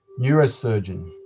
neurosurgeon